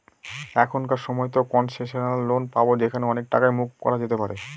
এখনকার সময়তো concessional loan পাবো যেখানে অনেক টাকাই মকুব করা যেতে পারে